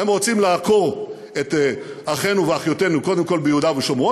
הם רוצים לעקור את אחינו ואחיותינו קודם כול ביהודה ושומרון,